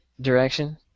direction